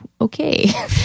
okay